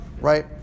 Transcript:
right